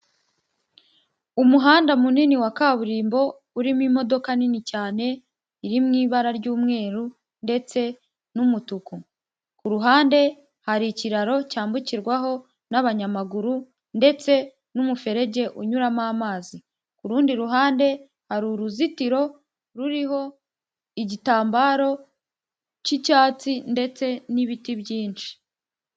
Umuhanda munini wa kaburimbo, urimo imodoka nini cyane, iri mu ibara ry'umweru ndetse n'umutuku, ku ruhande hari ikiraro cyambukirwaho n'abanyamaguru ndetse n'umuferege unyuramo amazi, ku rundi ruhande ari uruzitiro ruriho igitambaro cy'icyatsi ndetse n'ibiti byinshi.